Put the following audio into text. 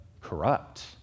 corrupt